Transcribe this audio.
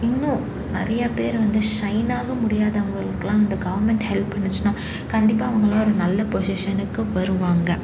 இன்னும் நிறையா பேரை வந்து ஷைனாக முடியாதவங்களுக்குலாம் இந்த கவர்மெண்ட் ஹெல்ப் பண்ணுச்சின்னால் கண்டிப்பாக அவங்களும் ஒரு நல்ல பொஷிஷனுக்கு வருவாங்க